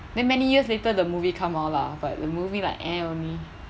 then many years later the movie come out lah but the movie like eh only